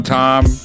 time